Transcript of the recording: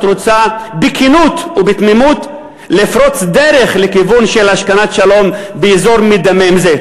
רוצה בכנות ובתמימות לפרוץ דרך לכיוון של השכנת שלום באזור מדמם זה.